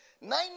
nine